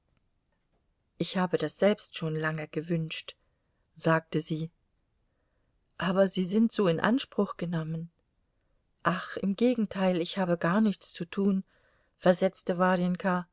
ich habe das selbst schon lange gewünscht sagte sie aber sie sind so in anspruch genommen ach im gegenteil ich habe gar nichts zu tun versetzte